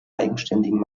eigenständigen